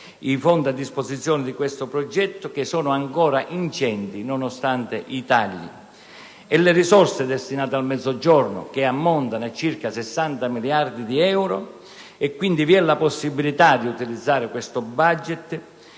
i fondi a disposizione di questo progetto, che sono ancora ingenti nonostante i tagli effettuati. Le risorse destinate al Mezzogiorno ammontano a circa 60 miliardi di euro: esiste, quindi, la possibilità di utilizzare questo *budget*